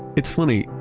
it's funny,